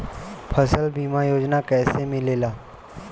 फसल बीमा योजना कैसे मिलेला?